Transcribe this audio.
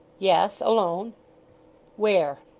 yes, alone where?